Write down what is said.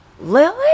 Lily